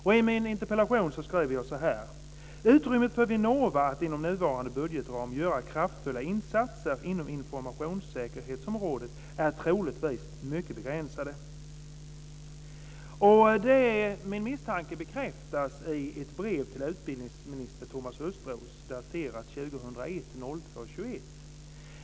Jag skriver så här i min interpellation: "Utrymmet för Vinnova att, inom sin nuvarande budgetram, göra kraftfulla insatser inom informationssäkerhetsområdet är troligtvis mycket begränsat." Min misstanke bekräftas i ett brev till utbildningsminister Thomas Östros daterat den 21 februari 2001.